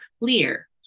clear